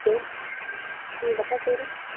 okay உங்கள் அப்பா பேர்